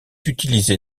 utilisé